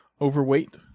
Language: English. overweight